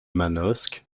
manosque